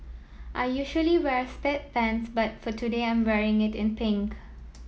I usually wear sweatpants but for today I'm wearing it in pink